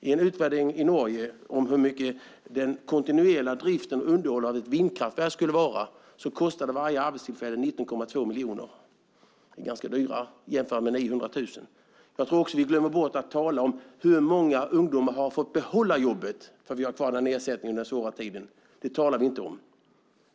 I en utvärdering i Norge om hur mycket den kontinuerliga driften och underhållet av ett vindkraftverk skulle vara kom man fram till att varje arbetstillfälle kostade 19,2 miljoner. Det är ganska dyrt jämfört med 900 000. Jag tror också att vi glömmer bort att tala om hur många ungdomar som har fått behålla jobbet för att vi har kvar den ersättningen i den svåra tiden. Det talar vi inte om.